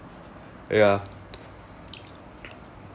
ya